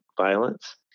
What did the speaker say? violence